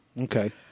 Okay